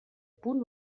punt